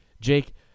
Jake